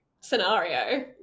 Scenario